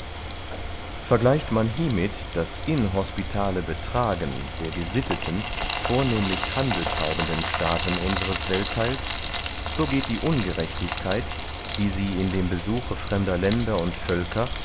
vergleicht man hiemit das inhospitale betragen der gesitteten vornehmlich handeltreibenden staaten unseres welttheils so geht die ungerechtigkeit die sie in dem besuche fremder länder und völker